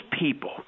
people